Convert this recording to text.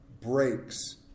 breaks